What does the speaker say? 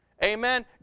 Amen